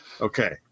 okay